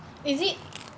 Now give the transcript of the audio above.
is it